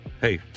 hey